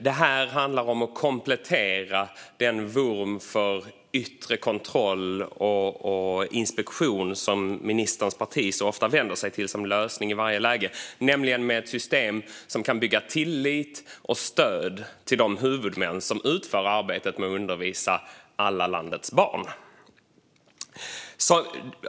Det handlar om att komplettera den vurm för yttre kontroll och inspektion som ministerns parti ofta vänder sig till som lösning i varje läge med ett system som kan bygga tillit och vara ett stöd till de huvudmän som utför arbetet med att undervisa landets alla barn.